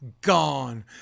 gone